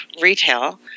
retail